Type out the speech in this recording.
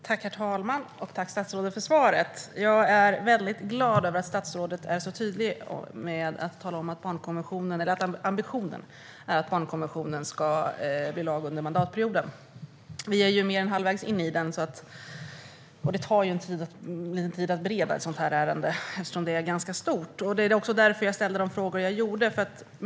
Herr talman! Tack, statsrådet, för svaret! Jag är väldigt glad över att statsrådet är så tydlig med att tala om att ambitionen är att barnkonventionen ska bli lag under mandatperioden. Vi är mer än halvvägs in i mandatperioden, och det tar tid att bereda ett sådant här ärende, eftersom det är ganska stort. Det var därför jag ställde de här frågorna.